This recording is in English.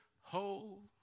Hold